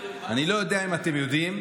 אני לא יודע אם אתם יודעים,